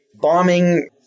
bombing